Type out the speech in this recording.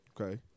Okay